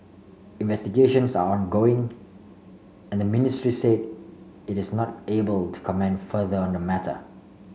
investigations are ongoing and the ministry said it is not able to comment further on the matter